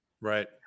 Right